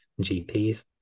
GPs